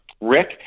Rick